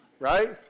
Right